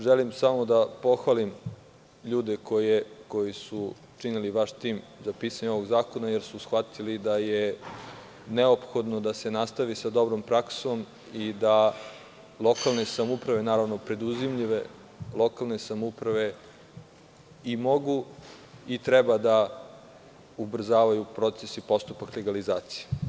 Želim samo da pohvalim ljude koji su činili vaš tim za pisanje ovog zakona, jer su shvatili da je neophodno da se nastavi sa dobrom praksom i da lokalne samouprave, naravno, preduzimljive lokalne samouprave i mogu i treba da ubrzavaju proces i postupak legalizacije.